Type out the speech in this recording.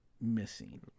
missing